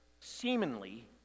Seemingly